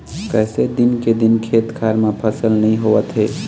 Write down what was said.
कइसे दिन के दिन खेत खार म फसल नइ होवत हे